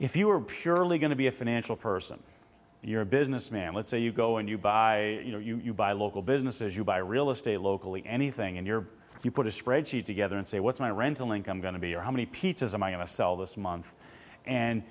if you were purely going to be a financial person you're a businessman let's say you go and you buy you know you buy local businesses you buy real estate locally anything and your you put a spreadsheet together and say what's my rental income going to be or how many pieces of my you must sell this month and